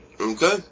Okay